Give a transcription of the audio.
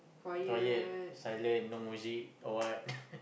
quiet silent no music or what